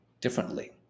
differently